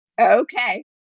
Okay